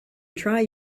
try